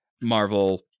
Marvel